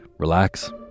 Relax